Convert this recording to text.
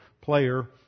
player